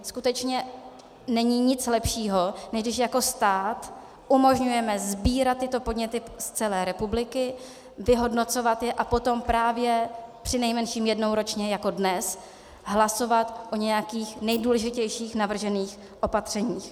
Skutečně není nic lepšího, než když jako stát umožňujeme sbírat tyto podněty z celé republiky, vyhodnocovat je a potom právě, přinejmenším jednou ročně jako dnes, hlasovat o nějakých nejdůležitějších navržených opatřeních.